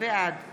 בעד